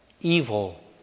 evil